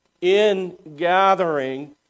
in-gathering